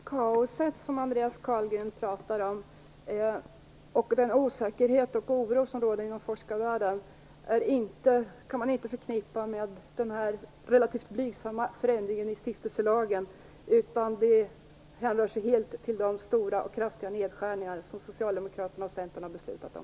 Fru talman! Det kaos som Andreas Carlgren talar om, och den osäkerhet och oro som råder inom forskarvärlden kan man inte förknippa med den relativt blygsamma förändringen i stiftelselagen. Det hänrör sig helt till de stora och kraftiga nedskärningar som Socialdemokraterna och Centern har beslutat om.